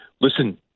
listen